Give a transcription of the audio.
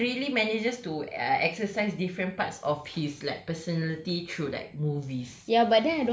he really manages to err exercise different parts of his like personality through like movies